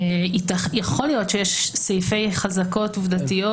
יכול להיות שיש סעיפי חזקות עובדתיות